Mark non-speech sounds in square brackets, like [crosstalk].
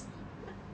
[laughs]